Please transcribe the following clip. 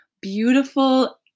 beautiful